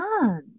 done